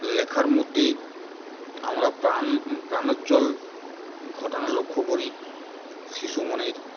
লেখার মধ্যে আমরা প্রাণ প্রাণোজ্জ্বল ঘটনা লক্ষ্য করি শিশু মনের